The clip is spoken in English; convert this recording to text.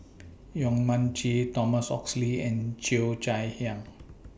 Yong Mun Chee Thomas Oxley and Cheo Chai Hiang